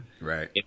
Right